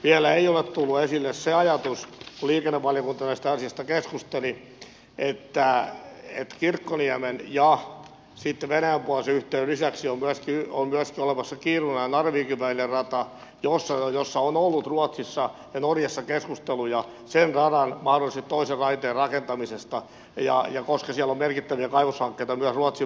vielä ei ole tullut esille se ajatus liikennevaliokunta tästä asiasta keskusteli että kirkkoniemen ja sitten venäjänpuoleisen yhteyden lisäksi on olemassa myöskin kiirunan ja narvikin välinen rata ja ruotsissa ja norjassa on ollut keskusteluja sen radan mahdollisesti toisen raiteen rakentamisesta koska siellä on merkittäviä kaivoshankkeita myös ruotsin puolella